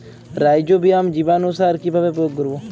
Rhizobium জীবানুসার কিভাবে প্রয়োগ করব?